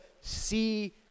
see